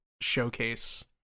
showcase